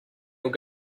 will